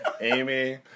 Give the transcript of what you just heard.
Amy